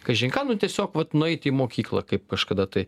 kažin ką nu tiesiog vat nueit į mokyklą kaip kažkada tai